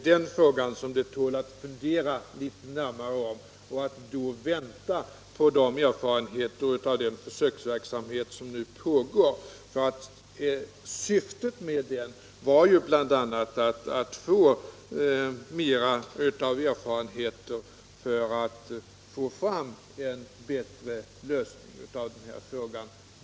Den frågan tål att fundera litet närmare på, och man bör då vänta på erfarenheterna av den försöksverksamhet som nu pågår. Syftet med försöksverksamheten är ju bl.a. att få mera erfarenheter för att uppnå en bättre lösning av denna fråga.